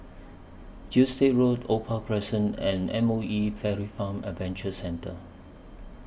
Gilstead Road Opal Crescent and M O E Fairy Farm Adventure Centre